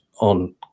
on